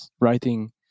writing